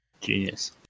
Genius